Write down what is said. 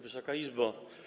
Wysoka Izbo!